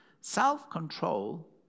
Self-control